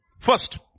First